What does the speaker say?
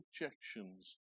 objections